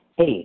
Eight